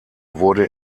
wurde